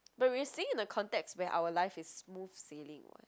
but we are seeing in the context where our life is smooth sailing [what]